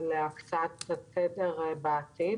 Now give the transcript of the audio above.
להקצאת התדר בעתיד.